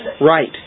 Right